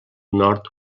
nord